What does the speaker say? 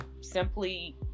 simply